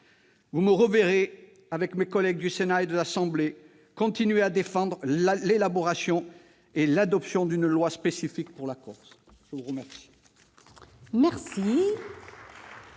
vous me verrez, avec mes collègues du Sénat et de l'Assemblée nationale, continuer de défendre l'élaboration et l'adoption d'une loi spécifique à la Corse. La parole